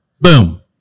boom